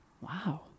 Wow